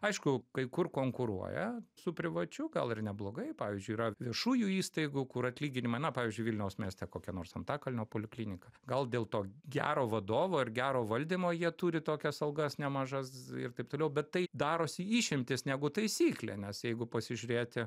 aišku kai kur konkuruoja su privačiu gal ir neblogai pavyzdžiui yra viešųjų įstaigų kur atlyginimai na pavyzdžiui vilniaus mieste kokia nors antakalnio poliklinika gal dėl to gero vadovo ir gero valdymo jie turi tokias algas nemažas ir taip toliau bet tai darosi išimtys negu taisyklė nes jeigu pasižiūrėti